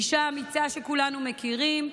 אישה אמיצה שכולנו מכירים,